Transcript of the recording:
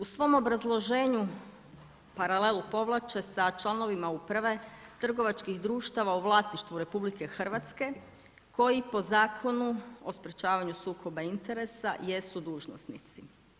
U svom obrazloženju paralelu povlače sa članovima uprave trgovačkih društava u vlasništvu RH koji po Zakonu o sprječavanju sukoba interesa jesu dužnosnici.